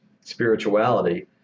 spirituality